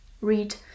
read